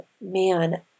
man